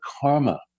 karma